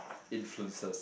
influencers